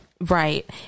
Right